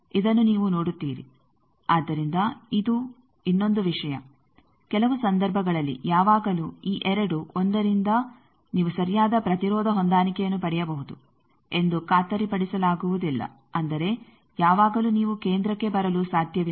ಆದ್ದರಿಂದ ಇದು ಇನ್ನೊಂದು ವಿಷಯ ಕೆಲವು ಸಂದರ್ಭಗಳಲ್ಲಿ ಯಾವಾಗಲೂ ಈ 21 ರಿಂದ ನೀವು ಸರಿಯಾದ ಪ್ರತಿರೋಧ ಹೊಂದಾಣಿಕೆಯನ್ನು ಪಡೆಯಬಹುದು ಎಂದು ಖಾತರಿಪಡಿಸಲಾಗುವುದಿಲ್ಲ ಅಂದರೆ ಯಾವಾಗಲೂ ನೀವು ಕೇಂದ್ರಕ್ಕೆ ಬರಲು ಸಾಧ್ಯವಿಲ್ಲ